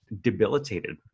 debilitated